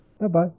Bye-bye